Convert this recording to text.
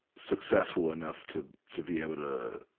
successful enough to, to be able to